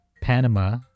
Panama